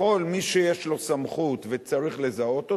יכול מי שיש לו סמכות וצריך לזהות אותו,